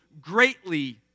greatly